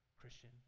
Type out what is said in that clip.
Christian